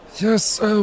Yes